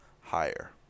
higher